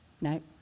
No